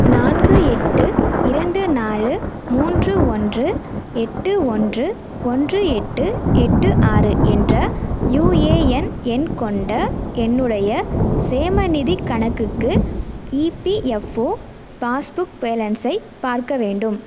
நான்கு எட்டு இரண்டு நாலு மூன்று ஒன்று எட்டு ஒன்று ஒன்று எட்டு எட்டு ஆறு என்ற யுஏஎன் எண் கொண்ட என்னுடைய சேமநிதிக் கணக்குக்கு இபிஎஃப்ஓ பாஸ்புக் பேலன்ஸை பார்க்க வேண்டும்